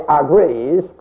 agrees